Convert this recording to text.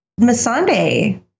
Masande